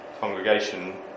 Congregation